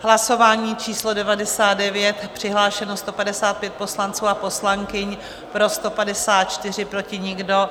Hlasování číslo 99, přihlášeno 155 poslanců a poslankyň, pro 154, proti nikdo.